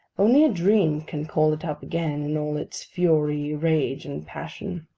only a dream can call it up again, in all its fury, rage, and passion.